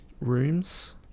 Rooms